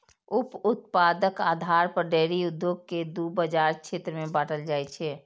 उप उत्पादक आधार पर डेयरी उद्योग कें दू बाजार क्षेत्र मे बांटल जाइ छै